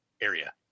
area